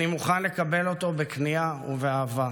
אני מוכן לקבל אותו בכניעה ובאהבה";